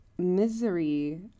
Misery